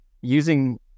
using